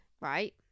Right